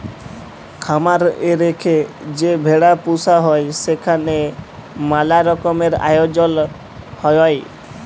খামার এ রেখে যে ভেড়া পুসা হ্যয় সেখালে ম্যালা রকমের আয়জল হ্য়য়